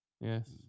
Yes